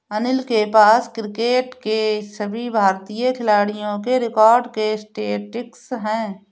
अनिल के पास क्रिकेट के सभी भारतीय खिलाडियों के रिकॉर्ड के स्टेटिस्टिक्स है